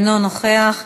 אינו נוכח,